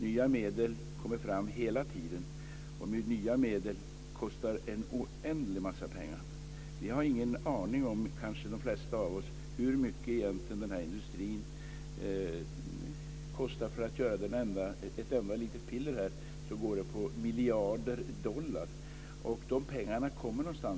Nya medel kommer hela tiden fram, och nya medel kostar oändligt mycket pengar. Vi har ingen aning om, och det gäller kanske de flesta av oss, hur mycket den här industrin egentligen kostar. Att göra ett enda litet piller kostar miljarder dollar, och någonstans ifrån kommer de pengarna.